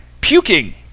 puking